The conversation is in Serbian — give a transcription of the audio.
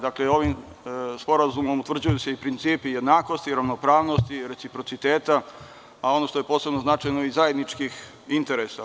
Dakle, ovim sporazumom utvrđuju se i principi jednakosti, ravnopravnosti, reciprociteta, a ono što je posebno značajno i zajedničkih interesa.